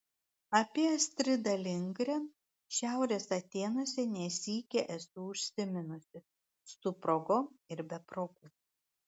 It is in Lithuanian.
apie astridą lindgren šiaurės atėnuose ne sykį esu užsiminusi su progom ir be progų